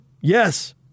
Yes